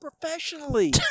professionally